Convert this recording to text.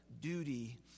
duty